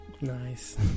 Nice